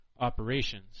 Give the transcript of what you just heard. operations